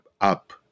up